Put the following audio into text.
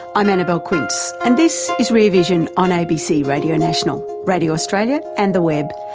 i'm annabelle quince and this is rear vision on abc radio national, radio australia and the web.